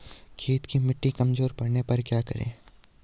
खेत की मिटी कमजोर पड़ने पर क्या करें?